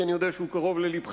כי אני יודע שהוא קרוב ללבך,